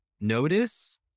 notice